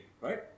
right